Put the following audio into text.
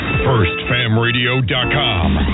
FirstFamRadio.com